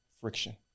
friction